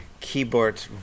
keyboard